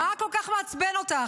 מה כל כך מעצבן אותך?